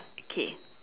okay